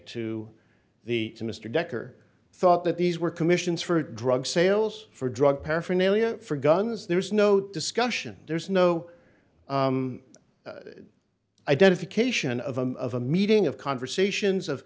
to the to mr decker thought that these were commissions for drug sales for drug paraphernalia for guns there was no discussion there's no identification of a of a meeting of conversations of